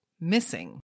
missing